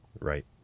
Right